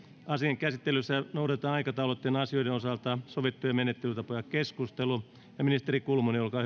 asian käsittelyssä noudatetaan aikataulutettujen asioiden osalta sovittuja menettelytapoja ministeri kulmuni olkaa